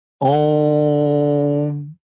Om